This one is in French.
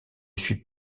suis